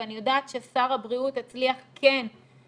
ואני יודעת ששר הבריאות כן הצליח לגייס